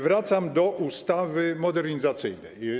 Wracam do ustawy modernizacyjnej.